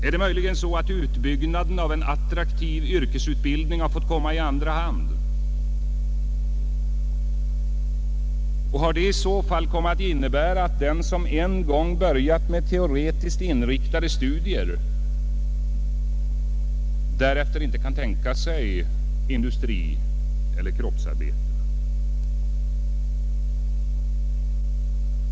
Är det möjligen så att utbyggnaden av attraktiv yrkesutbildning fått komma i andra hand? Och har detta i så fall kommit att innebära att den som en gång börjat med teoretiskt inriktade studier därefter inte kan tänka sig industrieller kroppsarbete?